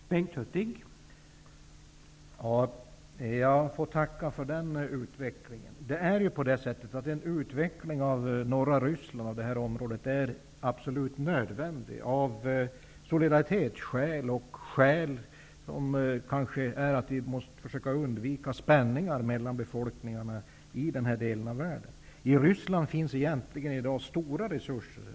Herr talman! Jag får tacka för den kommentaren. En utveckling av det här området i norra Ryssland är absolut nödvändig, av solidaritetsskäl och kanske också för att försöka undvika spänningar mellan befolkningarna i den delen av världen. I Ryssland finns egentligen i dag stora resurser.